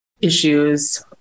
issues